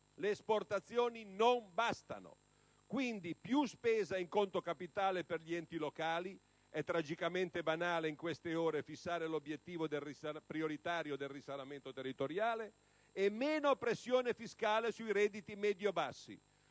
Le esportazioni non bastano: quindi più spesa in conto capitale per gli enti locali - è tragicamente banale in queste ore fissare l'obiettivo prioritario del risanamento territoriale - e meno pressione fiscale sui redditi medio-bassi.